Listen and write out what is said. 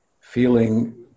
feeling